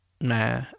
Nah